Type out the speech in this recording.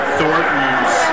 Thornton's